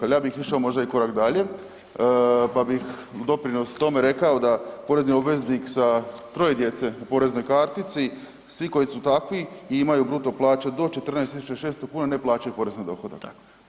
Ali ja bih išao možda i korak dalje pa bih u doprinos tome rekao da porezni obveznik sa troje djece u poreznoj kartici, svi koji su stavki i imaju bruto plaću do 14.600 kuna ne plaćaju porez na dohodak.